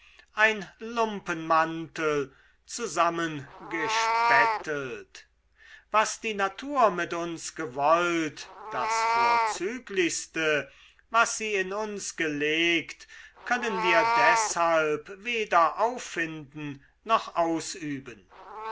ein lumpenmantel zusammengespettelt was die natur mit uns gewollt das vorzüglichste was sie in uns gelegt können wir deshalb weder auffinden noch ausüben